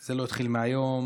זה לא התחיל מהיום,